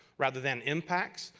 rather than impacts.